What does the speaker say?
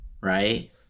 right